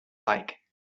like